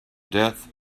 death